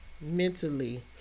mentally